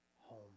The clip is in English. home